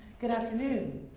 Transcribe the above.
good afternoon.